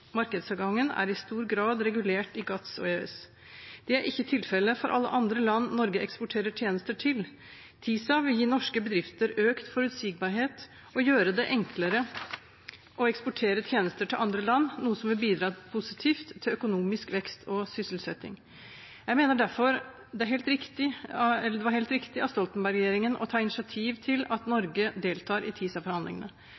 markedsadgangen er i stor grad regulert i GATS og EØS. Det er ikke tilfellet for alle andre land Norge eksporterer tjenester til. TISA vil gi norske bedrifter økt forutsigbarhet og gjøre det enklere å eksportere tjenester til andre land, noe som vil bidra positivt til økonomisk vekst og sysselsetting. Jeg mener derfor at det var helt riktig av Stoltenberg-regjeringen å ta initiativ til at Norge deltar i